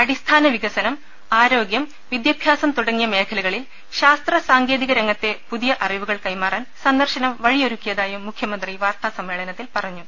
അടിസ്ഥാന വികസനം ആരോഗൃം വിദ്യാഭ്യാസം തുടങ്ങിയ മേഖ ലകളിൽ ശാസ്ത്ര സാങ്കേതിക രംഗത്തെ പുതിയ അറി വുകൾ കൈമാറാൻ സന്ദർശനം വഴിയൊരുക്കിയതായും മുഖ്യ മന്ത്രി വാർത്താ സ മ്മേ ള ന ത്തിൽ പറഞ്ഞു